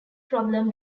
problem